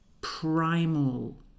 primal